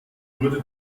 wurde